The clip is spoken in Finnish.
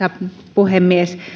puhemies